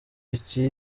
iki